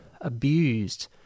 abused